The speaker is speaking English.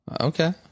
Okay